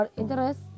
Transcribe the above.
interest